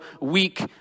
weak